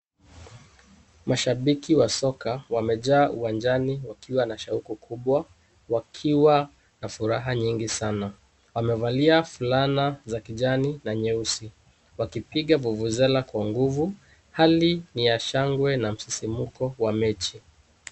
Mashabiki wa soka wamejaa uwanjani wakiwa na shauku kubwa, wakiiwa na furaha nyingi sana. Wamevalia fulana za kijani na nyeusi wakipiga vuvuzela kwa nguvu. Hali ni ya shangwe na msisimuko wa mechi.